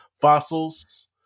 fossils